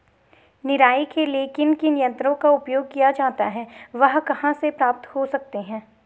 निराई के लिए किन किन यंत्रों का उपयोग किया जाता है वह कहाँ प्राप्त हो सकते हैं?